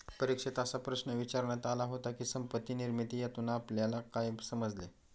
परीक्षेत असा प्रश्न विचारण्यात आला होता की, संपत्ती निर्मिती यातून आपल्याला काय समजले?